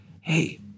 hey